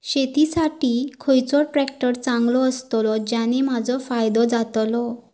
शेती साठी खयचो ट्रॅक्टर चांगलो अस्तलो ज्याने माजो फायदो जातलो?